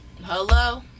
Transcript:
Hello